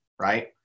right